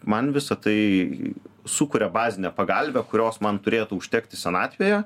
man visa tai sukuria bazinę pagalvę kurios man turėtų užtekti senatvėje